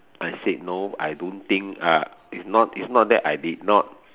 I said no I don't think ah is not is not that I did not